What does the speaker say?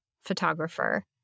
photographer